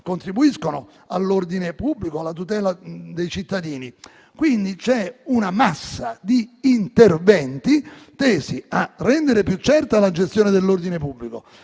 contribuiscono all'ordine pubblico e alla tutela dei cittadini. C'è quindi una massa di interventi tesi a rendere più certa la gestione dell'ordine pubblico,